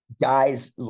guys